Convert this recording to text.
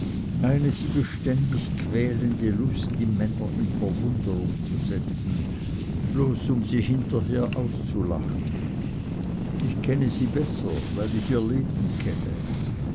eine sie beständig quälende lust die männer in verwunderung zu setzen bloß um sie hinterher auszulachen ich kenne sie besser weil ich ihr leben kenne